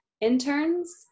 interns